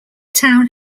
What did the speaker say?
town